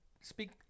speak